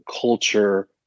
culture